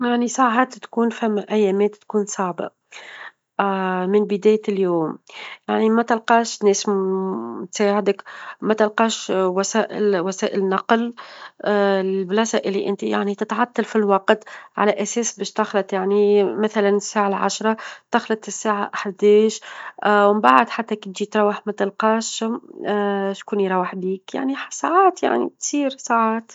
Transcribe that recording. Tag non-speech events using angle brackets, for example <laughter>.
يعني ساعات تكون فما أيامات تكون صعبة <hesitation> من بداية اليوم، يعني ما تلقاش ناس <hesitation> تساعدك، ما تلقاش -وسائل- وسائل نقل، -البلاصة اللى انت- يعني تتعطل في الوقت، على أساس باش تخلط يعني مثلًا الساعة العشرة، تخلط الساعة حداش، <hesitation> ومن بعد حتى كي تجي تروح ما تلقاش <hesitation> شكون يروح بيك، يعني ساعات يعني كثير ساعات.